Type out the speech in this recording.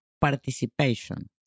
participation